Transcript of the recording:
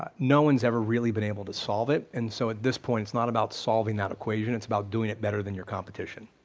um no one's ever really been able to solve it, and so at this point it's not about solving that equation, it's about doing it better than your competition.